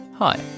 Hi